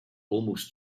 almost